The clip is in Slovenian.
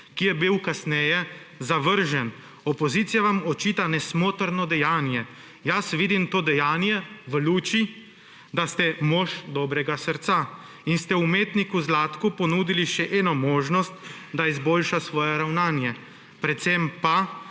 ki je bil kasneje zavržen. Opozicija vam očita nesmotrno dejanje. Jaz vidim to dejanje v luči, da ste mož dobrega srca in ste umetniku Zlatku ponudili še eno možnost, da izboljša svoje ravnanje, predvsem pa